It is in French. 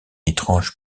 étrange